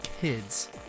kids